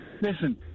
listen